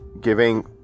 giving